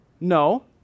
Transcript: No